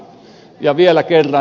ja vielä kerran